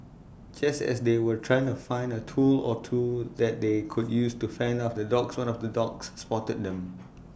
just as they were trying to find A tool or two that they could use to fend off the dogs one of the dogs spotted them